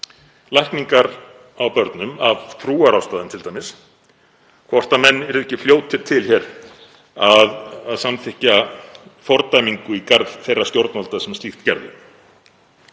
lækningar á börnum t.d. af trúarástæðum, hvort menn yrðu ekki fljótir til hér að samþykkja fordæmingu í garð þeirra stjórnvalda sem slíkt gerðu.